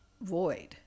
void